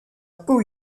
peau